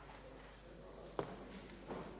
Hvala